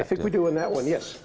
i think we do in that one yes